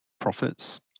profits